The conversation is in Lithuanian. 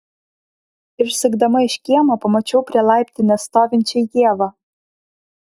išsukdama iš kiemo pamačiau prie laiptinės stovinčią ievą